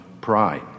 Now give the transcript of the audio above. pride